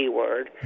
word